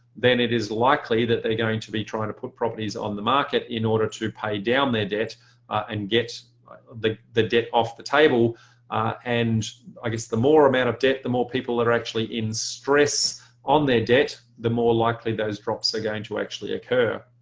then it is likely that they're going to be trying to put properties on the market in order to pay down their debt and get um the the debt off the table and i guess the more amount of debt the more people are actually in stress on their debt the more likely those drops are going to actually occur.